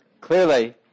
clearly